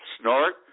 snort